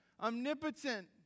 omnipotent